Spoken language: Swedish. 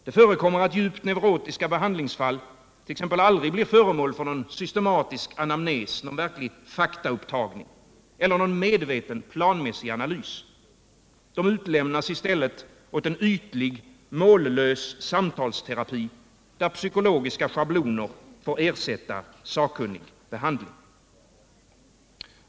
Det förekommer att djupt neurotiska behandlingsfall t.ex. aldrig blir föremål för systematisk anamnes, någon verklig faktaupptagning, eller medveten planmässig analys. De utlämnas i stället åt ytlig, mållös samtalsterapi, där psykologiska schabloner får ersätta sakkunnig behandling.